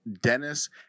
dennis